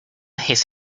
his